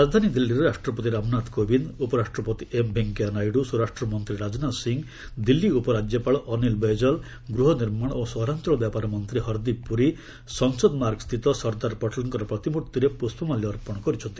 ରାଜଧାନୀ ଦିଲ୍ଲୀରେ ରାଷ୍ଟ୍ରପତି ରାମନାଥ କୋବିନ୍ଦ୍ ଉପରାଷ୍ଟ୍ରପତି ଏମ୍ ଭେଙ୍କିୟା ନାଇଡୁ ସ୍ୱରାଷ୍ଟ୍ର ମନ୍ତ୍ରୀ ରାଜନାଥ ସିଂ ଦିଲ୍ଲୀ ଉପରାଜ୍ୟପାଳ ଅନୀଲ୍ ବୈଜଲ୍ ଗୃହନିର୍ମାଣ ଓ ସହରାଞ୍ଚଳ ବ୍ୟାପାର ମନ୍ତ୍ରୀ ହର୍ଦୀପ ପୁରୀ ସଂସଦ ମାର୍ଗସ୍ଥିତ ସର୍ଦ୍ଦାର ପଟେଲ୍ଙ୍କର ପ୍ରତିମ୍ଭିରେ ପୃଷ୍ଣମାଲ୍ୟ ଅର୍ପଣ କରିଛନ୍ତି